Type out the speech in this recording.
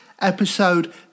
episode